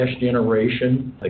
generation